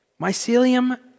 Mycelium